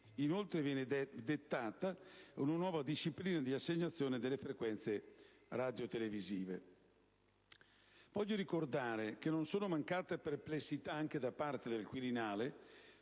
Inoltre, viene dettata una nuova disciplina di assegnazione delle frequenze radiotelevisive. Voglio ricordare che non sono mancate perplessità anche da parte del Quirinale